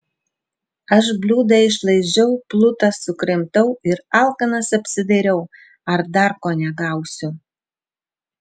aš bliūdą išlaižiau plutą sukrimtau ir alkanas apsidairiau ar dar ko negausiu